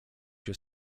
cię